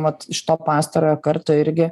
vat iš to pastarojo karto irgi